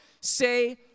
say